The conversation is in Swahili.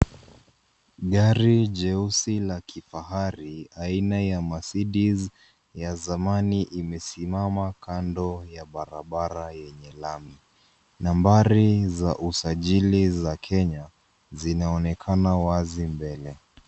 Gari jeusi la kifahari aina ya Mercedes ya zamani imesimama kando ya barabara yenye lami. Nambari za usajili za Kenya zinaonekana wazi mbele.